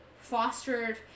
fostered